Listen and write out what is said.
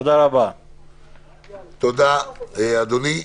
תודה, אדוני.